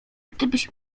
gdybyś